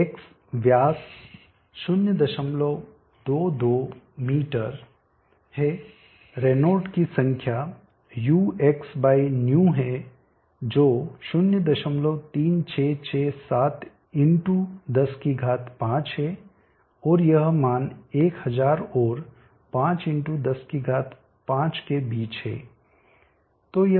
तो X व्यास 022 metre है रेनॉल्ड की संख्या uxϑ है जो 03667×105 है और यह मान 1000 और 5×105 के बीच है